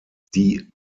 die